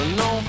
no